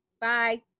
bye